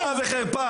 בושה וחרפה.